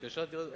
התקשרתי לראות,